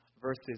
verses